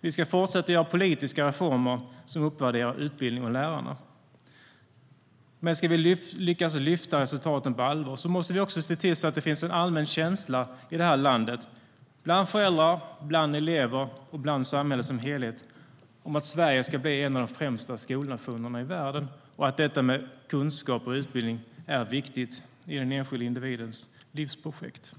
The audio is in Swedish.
Vi ska fortsätta göra politiska reformer som uppvärderar utbildning och lärarna. Men ska vi lyckas lyfta resultaten på allvar måste vi också se till att det finns en allmän känsla i det här landet bland föräldrar och elever och i samhället som helhet av att Sverige ska bli en av de främsta skolnationerna i världen och att detta med kunskap och utbildning är viktigt i den enskilde individens livsprojekt.